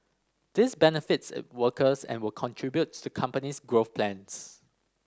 this benefits its workers and will contribute to the company's growth plans